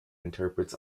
interprets